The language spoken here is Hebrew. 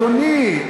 אדוני,